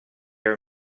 are